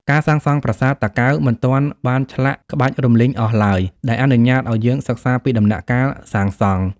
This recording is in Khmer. ការសាងសង់ប្រាសាទតាកែវមិនទាន់បានឆ្លាក់ក្បាច់រំលីងអស់ឡើយ ដែលអនុញ្ញាតឱ្យយើងសិក្សាពីដំណាក់កាលសាងសង់។